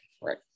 right